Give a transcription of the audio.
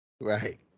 Right